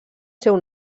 seu